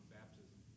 baptism